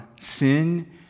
sin